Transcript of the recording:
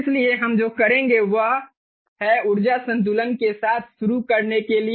इसलिए हम जो करेंगे वह है ऊर्जा संतुलन के साथ शुरू करने के लिए